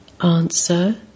Answer